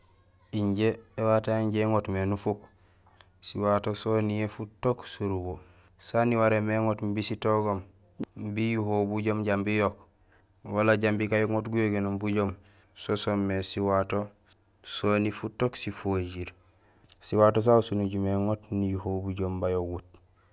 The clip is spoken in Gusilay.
Injé éwato yanja iŋoot mé nufuk, siwato soniyee futook surubo, saan iwaréén mé iŋoot imbi sitogoom imbi iyuhohul bujoom jambi iyook wala jambi gaŋoot guyogénoom bujoom so soomé siwato soni futook sifojiir; siwato sa usu nijumé iŋoot niyuhohul bujoom bayogut.